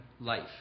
life